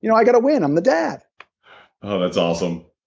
you know i've got to win, i'm the dad that's awesome.